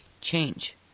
change